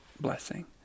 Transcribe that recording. blessing